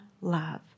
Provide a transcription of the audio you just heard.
love